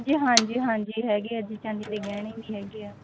ਜੀ ਹਾਂਜੀ ਹਾਂਜੀ ਹੈਗੇ ਜੀ ਚਾਂਦੀ ਦੇ ਗਹਿਣੇ ਵੀ ਹੈਗੇ ਆ